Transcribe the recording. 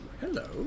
Hello